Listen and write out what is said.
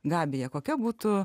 gabija kokia būtų